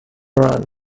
iran